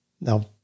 Now